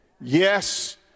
Yes